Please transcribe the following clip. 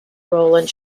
roland